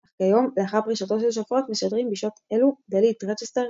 אך כיום לאחר פרישתו של שפרוט משדרים בשעות אלו דלית רצ'סטר,